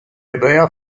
ebrea